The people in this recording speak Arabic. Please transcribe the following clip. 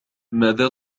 ماذا